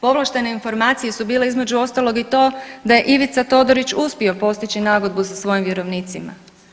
Povlaštene informacije su bile između ostalog i to da je Ivica Todorić uspio postići nagodbu sa svojim vjerovnicima.